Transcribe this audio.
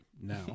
now